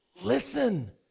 Listen